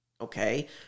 okay